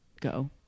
go